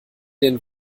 den